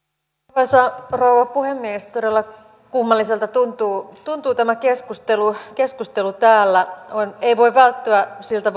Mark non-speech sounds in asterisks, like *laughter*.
arvoisa rouva puhemies todella kummalliselta tuntuu tuntuu tämä keskustelu täällä ei voi välttyä siltä *unintelligible*